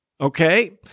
okay